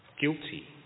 Guilty